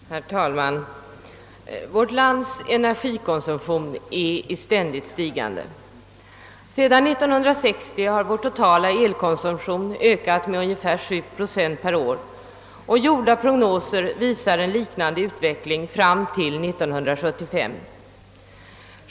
Herr talman! Vårt lands energikonsumtion är i ständigt stigande. Sedan 1960 har den totala elkonsumtionen ökat med ungefär 7 procent per år och gjorda prognoser visar en liknande utveckling fram till 1975.